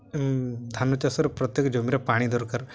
ଧାନ ଚାଷର ପ୍ରତ୍ୟେକ ଜମିରେ ପାଣି ଦରକାର